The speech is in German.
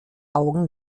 augen